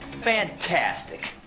Fantastic